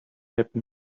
happen